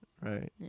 Right